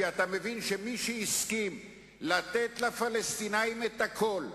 כי אתה מבין שמי שהסכים לתת לפלסטינים את הכול,